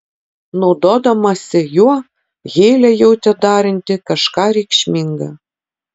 naudodamasi juo heilė jautė daranti kažką reikšminga